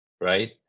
right